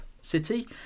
City